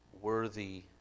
worthy